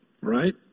Right